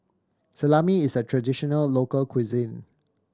salami is a traditional local cuisine